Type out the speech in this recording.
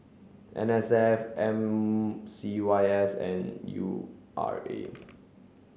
N S F M C Y S and U R A